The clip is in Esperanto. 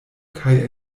kaj